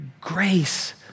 grace